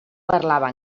parlava